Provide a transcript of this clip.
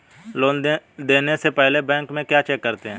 Loan देने से पहले बैंक में क्या चेक करते हैं?